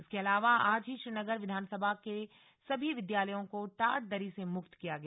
इसके अलावा आज ही श्रीनगर विधानसभा के सभी विद्यालयों को टाट दरी से मुक्त किया गया